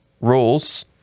rules